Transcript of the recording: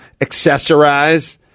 accessorize